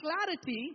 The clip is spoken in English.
clarity